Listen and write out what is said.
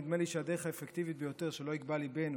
נדמה לי שהדרך האפקטיבית ביותר שלא יגבה ליבנו